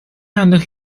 and